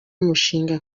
umushinga